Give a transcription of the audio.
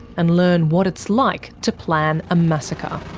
and learn what it's like to plan a massacre.